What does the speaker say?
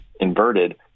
inverted